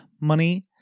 money